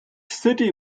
city